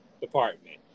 department